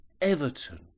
Everton